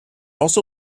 also